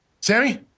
Sammy